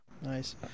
nice